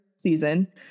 season